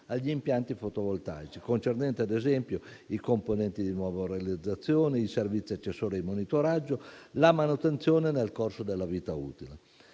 agli impianti fotovoltaici, concernenti, ad esempio, i componenti di nuova realizzazione, i servizi accessori e di monitoraggio, la manutenzione nel corso della vita utile.